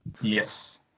Yes